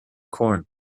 corn